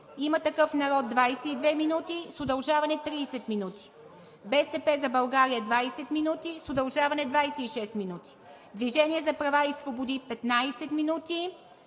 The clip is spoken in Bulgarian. „Има такъв народ“ – 22 минути, с удължаване 30 минути; „БСП за България“ – 20 минути, с удължаване 26 минути; „Движението за права и свободи“ – 15 минути,